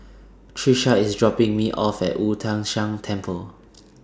Trisha IS dropping Me off At Wu Tai Shan Temple